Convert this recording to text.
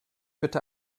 bitte